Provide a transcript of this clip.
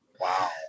Wow